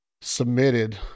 submitted